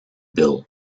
bill